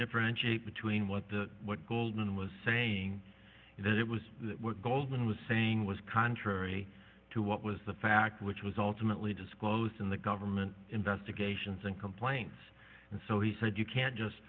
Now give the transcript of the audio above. differentiate between what the what goldman was saying that it was that what goldman was saying was contrary to what was the fact which was ultimately disclosed in the government investigations and complaints and so he said you can't just